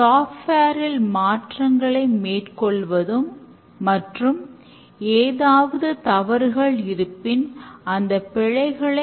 அதேபோல் திட்டமிடுதலும் இங்கு தீவிரப்படுத்தப்படுகிறது